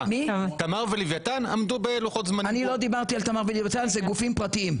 אני לא דיברתי על תמר ולוויתן אלה גופים פרטיים.